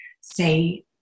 say